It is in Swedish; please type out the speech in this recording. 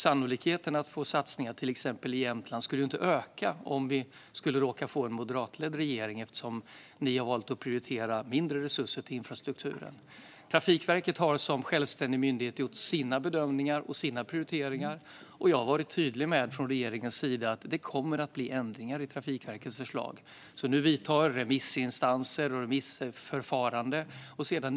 Sannolikheten att få satsningar i till exempel Jämtland skulle alltså inte öka om vi skulle råka få en moderatledd regering, eftersom ni har valt att prioritera mindre resurser till infrastrukturen. Trafikverket har som självständig myndighet gjort sina bedömningar och prioriteringar. Jag har varit tydlig med att det från regeringens sida kommer att bli ändringar i Trafikverkets förslag. Nu vidtar remissinstanser och remissförfarande.